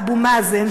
אבו מאזן.